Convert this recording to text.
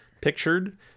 pictured